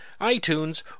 iTunes